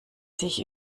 sich